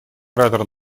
оратор